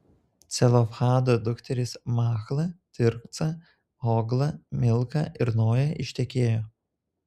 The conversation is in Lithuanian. celofhado dukterys machla tirca hogla milka ir noja ištekėjo